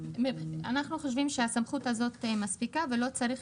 אנחנו חושבים שהסמכות הזאת מספיקה ולא צריך